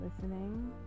listening